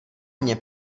mně